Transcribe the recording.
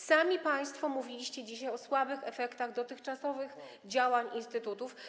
Sami państwo mówiliście dzisiaj o słabych efektach dotychczasowych działań instytutów.